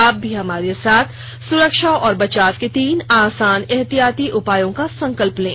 आप भी हमारे साथ सुरक्षा और बचाव के तीन आसान एहतियाती उपायों का संकल्प लें